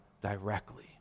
directly